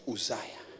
Uzziah